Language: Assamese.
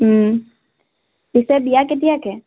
পিছে বিয়া কেতিয়াকে